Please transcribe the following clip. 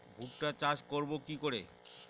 ভুট্টা চাষ করব কি করে?